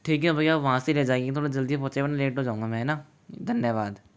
ठीक है भैया वहाँ से ले जाइए थोड़ा जल्दी पहुँचे वरना लेट हो जाऊँगा मैं है न धन्यवाद